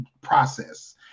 process